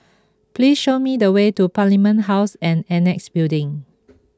please show me the way to Parliament House and Annexe Building